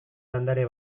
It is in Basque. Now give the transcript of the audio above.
landare